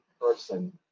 person